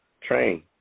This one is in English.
Train